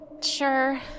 Sure